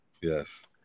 Yes